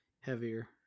heavier